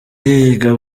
yiga